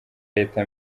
leta